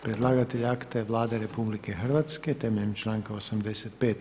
Predlagatelj akta je Vlada RH, temeljem članka 85.